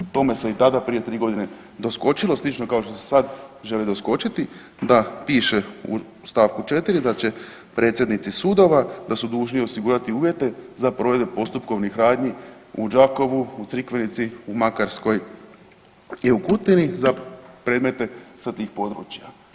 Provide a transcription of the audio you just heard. Tome se i tada prije 3 godine doskočilo slično kao što se sad želi doskočiti da piše u stavku 4. da će predsjednici sudova da su dužni osigurati uvjete za provedbu postupkovnih radnji u Đakovu, u Crikvenici, u Makarskoj i u Kutini za predmete sa tih područja.